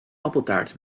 appeltaart